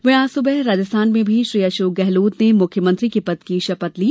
वही आज सुबह राजस्थान में भी श्री अशोक गहलोत ने मुख्यमंत्री पद की शपथ ली